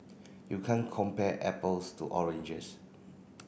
you can't compare apples to oranges